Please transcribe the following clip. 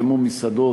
כמו מסעדות,